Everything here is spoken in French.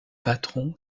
patron